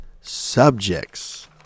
subjects